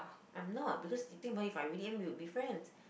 I'm not because if you think about it if I really am we would be friends